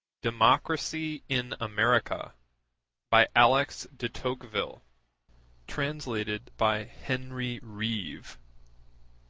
democracy in america by alexis de tocqueville translated by henry reeve